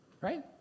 Right